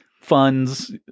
funds